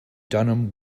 dunham